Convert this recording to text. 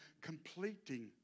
completing